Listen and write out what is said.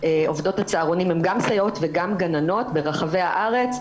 עובדות הצהרונים הן גם סייעות וגם גננות ברחבי הארץ,